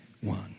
one